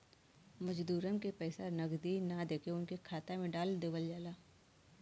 मजूरन के पइसा नगदी ना देके उनके खाता में डाल देवल जाला